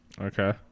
Okay